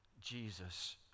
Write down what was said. Jesus